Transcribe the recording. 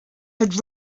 had